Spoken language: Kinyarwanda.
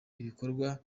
ibikorwa